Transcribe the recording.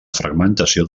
fragmentació